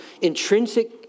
intrinsic